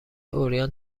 عریان